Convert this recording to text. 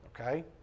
Okay